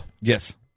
Yes